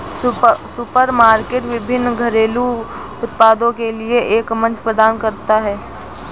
supermarket विभिन्न घरेलू उत्पादों के लिए एक मंच प्रदान करता है